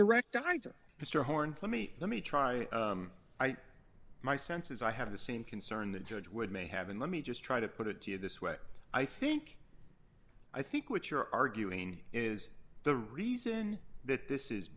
direct either mr horn put me let me try my senses i have the same concern the judge would may have and let me just try to put it to you this way i think i think what you're arguing is the reason that this is